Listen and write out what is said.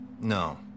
No